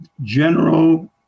General